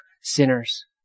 sinners